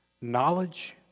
knowledge